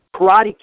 Karate